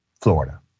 Florida